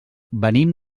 venim